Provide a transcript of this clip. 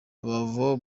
abava